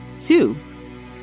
Two